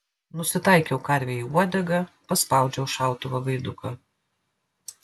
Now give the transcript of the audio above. nusitaikiau karvei į uodegą paspaudžiau šautuvo gaiduką